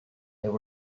there